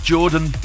Jordan